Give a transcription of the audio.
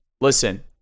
listen